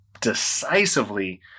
decisively